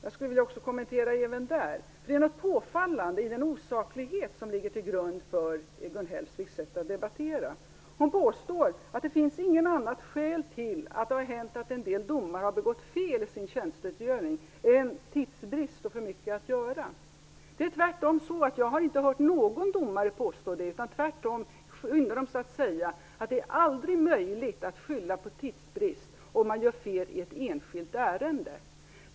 Jag skulle vilja kommentera även detta. Den osaklighet som ligger till grund för Gun Hellsviks sätt att debattera är påfallande. Hon påstår att det inte finns något annat skäl till att en del domare har begått fel i sin tjänsteutövning än tidsbrist och att de har för mycket att göra. Jag har inte hört någon domare påstå detta, utan tvärtom skyndar de sig att säga att det aldrig är möjligt att skylla på tidsbrist om man gör fel i ett enskilt ärende.